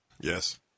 yes